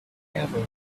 ever